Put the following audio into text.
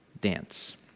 dance